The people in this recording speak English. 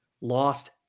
lost